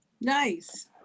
Nice